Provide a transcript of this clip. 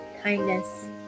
kindness